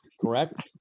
correct